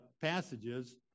Passages